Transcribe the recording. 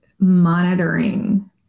monitoring